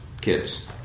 kids